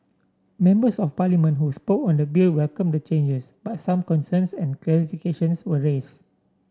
members of Parliament who spoke on the bill welcome the changes but some concerns and clarifications were raise